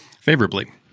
favorably